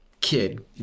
kid